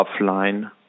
offline